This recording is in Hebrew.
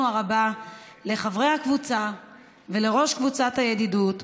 הרבה לחברי הקבוצה ולראש קבוצת הידידות.